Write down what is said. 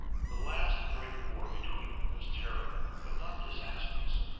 the last great war between them was terrible, but not disastrous.